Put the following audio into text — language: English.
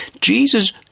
Jesus